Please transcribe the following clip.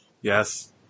Yes